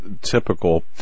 typical